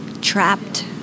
trapped